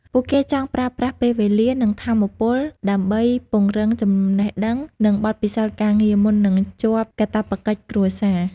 ពួកគេចង់ប្រើប្រាស់ពេលវេលា និងថាមពលដើម្បីពង្រឹងចំណេះដឹង និងបទពិសោធន៍ការងារ មុននឹងជាប់កាតព្វកិច្ចគ្រួសារ។